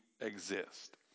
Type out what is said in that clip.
exist